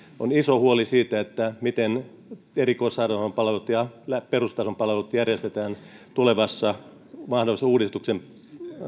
on iso huoli siitä miten erikoissairaanhoidon palvelut ja perustason palvelut järjestetään tulevan mahdollisen uudistuksen